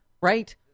Right